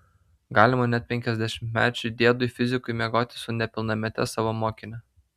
galima net penkiasdešimtmečiui diedui fizikui miegoti su nepilnamete savo mokine